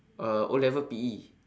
uh O-level P_E